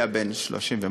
הוא היה בן 30 ומשהו,